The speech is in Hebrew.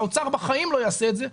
האוצר בחיים לא יעשה את זה,